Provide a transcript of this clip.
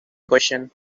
question